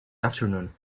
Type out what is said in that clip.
afternoon